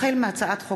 החל בהצעת חוק